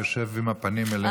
הוא יושב עם הפנים אלינו.